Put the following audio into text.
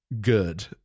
good